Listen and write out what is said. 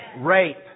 rape